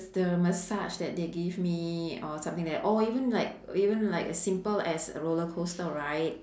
the massage that they give me or something like that or even like even like a simple as a roller coaster ride